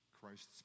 Christ's